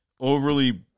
overly